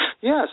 Yes